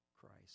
Christ